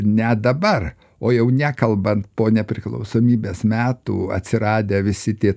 ne dabar o jau nekalbant po nepriklausomybės metų atsiradę visi tie